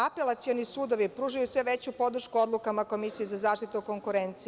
Apelacioni sudovi pružaju sve veću podršku odlukama Komisije za zaštitu konkurencije.